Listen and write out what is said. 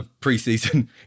preseason